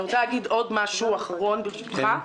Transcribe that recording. אני רוצה להגיד עוד דבר אחרון, ברשותך.